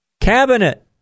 cabinet